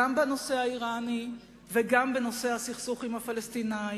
גם בנושא האירני וגם בנושא הסכסוך עם הפלסטינים